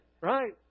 right